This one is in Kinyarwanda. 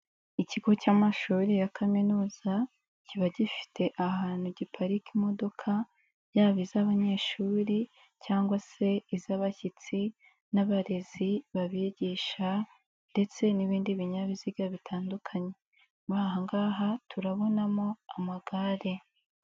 Ikigo cy'amashuri ya kaminuza, kiba gifite ahantu giparika imodoka, yaba iz'abanyeshuri cyangwa se iz'abashyitsi n'abarezi babigisha ndetse n'ibindi binyabiziga bitandukanye, mo aha ngaha turabonamo amagare.